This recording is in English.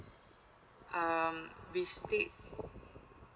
um we stayed